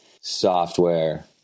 software